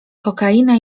kokaina